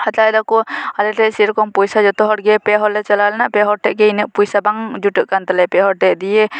ᱦᱟᱛᱟᱣ ᱮᱫᱟ ᱠᱚ ᱟᱞᱮ ᱴᱷᱮᱱ ᱥᱮᱨᱚᱠᱚᱢ ᱯᱚᱭᱥᱟ ᱡᱚᱛᱚ ᱦᱚᱲ ᱜᱮ ᱯᱮ ᱦᱚᱲ ᱞᱮ ᱪᱟᱞᱟᱣ ᱞᱮᱱᱟ ᱯᱮ ᱦᱚᱲ ᱴᱷᱮᱱ ᱜᱮ ᱤᱱᱟᱹᱜ ᱯᱚᱭᱥᱟ ᱵᱟᱝ ᱡᱩᱴᱟᱹᱜ ᱠᱟᱱ ᱛᱟᱞᱮᱭᱟ ᱯᱮ ᱦᱚᱲ ᱴᱷᱮᱱ ᱫᱤᱭᱮ